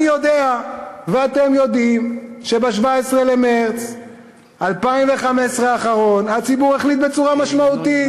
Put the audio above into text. אני יודע ואתם יודעים שב-17 במרס 2015 הציבור החליט בצורה משמעותית,